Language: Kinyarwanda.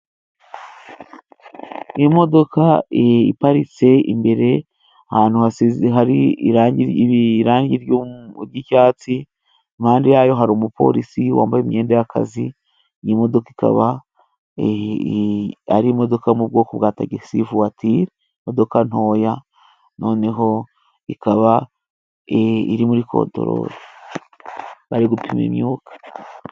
Imodoka iparitse imbere, ahantu hasize, hari irangi ry'icyatsi, impande yayo hari umupolisi wambaye imyenda y'akazi. Iyi modoka ikaba ari imodoka yo mu bwoko bwa tagisi vuwatire; imodoka ntoya, noneho ikaba iri muri kontorore, bari gupima imyuka.